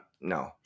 no